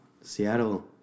Seattle